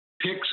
picks